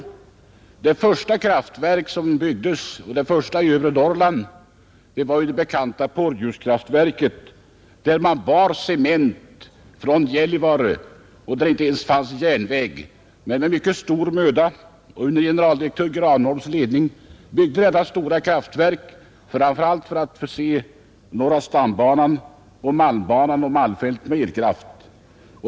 Det första kraftverk som byggdes i övre Norrland var det bekanta Porjuskraftverket, till vilket man bar cement från Gällivare — det fanns inte ens järnväg. Men med mycken möda och under generaldirektör Granholms ledning byggde man detta stora kraftverk, framför allt för att förse norra stambanan, malmbanan och malmfälten med elkraft.